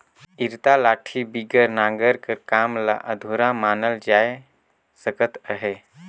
इरता लाठी बिगर नांगर कर काम ल अधुरा मानल जाए सकत अहे